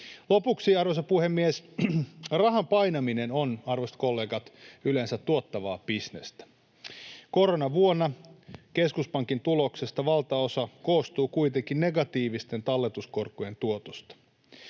Lopuksi, arvoisa puhemies: Rahan painaminen on, arvoisat kollegat, yleensä tuottavaa bisnestä. Koronavuonna keskuspankin tuloksesta valtaosa koostuu kuitenkin negatiivisten talletuskorkojen tuotosta.